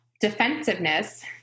defensiveness